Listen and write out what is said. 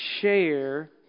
share